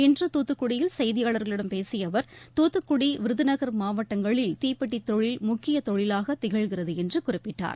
இன்று தூத்துக்குடியில் செய்தியாளா்களிடம் பேசிய அவா் தூத்துக்குடி விருதுநகா் மாவட்டங்களில் தீப்பெட்டித் தொழில் முக்கிய தொழிலாக திகழ்கிறது என்று குறிப்பிட்டார்